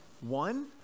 One